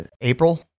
April